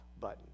button